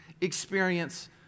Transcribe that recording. experience